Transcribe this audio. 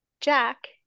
Jack